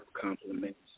compliments